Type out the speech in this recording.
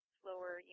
slower